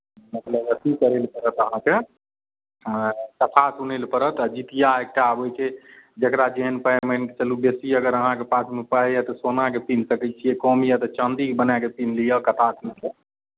मतलब अथी करय लेल पड़त अहाँके कथा सुनय लेल पड़त आओर जितिया एकटा आबै छै जकरा जेहन पाइ मानि कऽ चलू बेसी अगर अहाँके पासमे पाइ यए तऽ सोनाके पिन्ह सकै छियै कम यए तऽ चाँदीके बना कऽ पिन्ह लिअ कथा सुनि कऽ